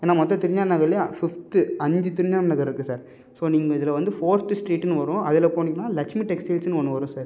ஏன்னா மொத்த திருஞான நகர்லையும் ஃபிஃப்த்து அஞ்சு திருஞான நகர் இருக்கு சார் ஸோ நீங்கள் இதில் வந்து ஃபோர்த் ஸ்ட்ரீட்ன்னு வரும் அதில் போனிங்கன்னா லக்ஷ்மி டெக்டைல்ஸ்ன்னு ஒன்று வரும் சார்